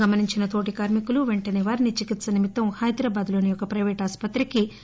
గమనించిన తోటి కార్కికులు వెంటసే వారిని చికిత్స నిమిత్తం హైదరాబాద్ లోని ఓ పైవేట్ ఆస్పత్రికి తరలించారు